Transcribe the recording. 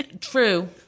True